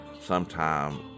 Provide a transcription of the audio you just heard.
sometime